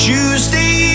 Tuesday